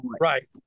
right